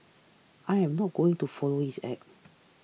I am not going to follow his act